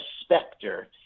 specter